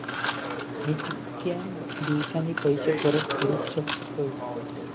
मी कीतक्या दिवसांनी पैसे परत फेडुक शकतय?